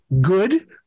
Good